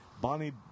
Bonnie